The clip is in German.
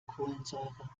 kohlensäure